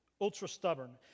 ultra-stubborn